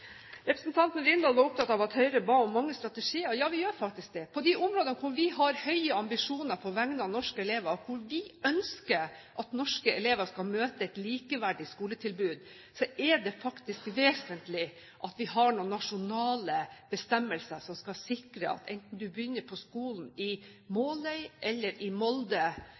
Representanten Rindal var opptatt av at Høyre ba om mange strategier. Ja, vi gjør faktisk det. På de områdene hvor vi har høye ambisjoner på vegne av norske elever, og hvor vi ønsker at norske elever skal møte et likeverdig skoletilbud, er det faktisk vesentlig at vi har noen nasjonale bestemmelser som skal sikre at enten man begynner på skolen i Måløy, i Molde eller i